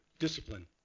discipline